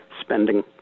spending